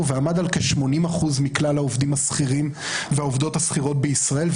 ועמד על כ-80% מכלל העובדים השכירים והעובדות השכירות בישראל,